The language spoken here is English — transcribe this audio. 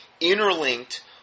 interlinked